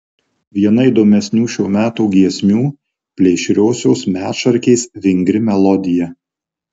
viena įdomesnių šio meto giesmių plėšriosios medšarkės vingri melodija